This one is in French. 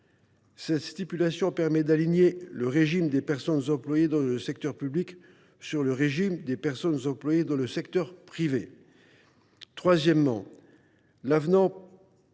Cette stipulation permet d’aligner le régime des personnes employées dans le secteur public sur le régime des personnes employées dans le secteur privé. Troisièmement, l’avenant